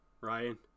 Ryan